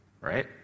Right